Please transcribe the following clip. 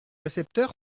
récepteur